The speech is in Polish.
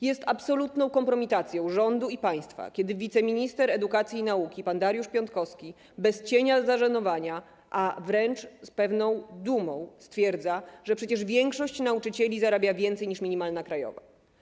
Jest absolutną kompromitacją rządu i państwa, kiedy wiceminister edukacji i nauki pan Dariusz Piontkowski bez cienia zażenowania, a wręcz z pewną dumą stwierdza, że przecież większość nauczycieli zarabia więcej, niż wynosi minimalna krajowa.